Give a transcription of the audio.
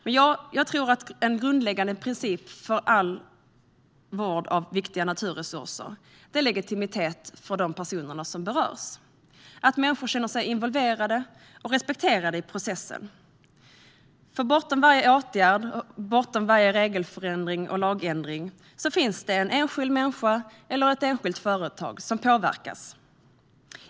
Men jag tror att en grundläggande princip för all vård av viktiga naturresurser är legitimitet från de personer som berörs - att människor känner sig involverade och respekterade i processen. Bortom varje åtgärd och varje regelförändring och lagändring finns en enskild människa eller ett enskilt företag som påverkas.